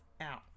out